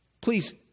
Please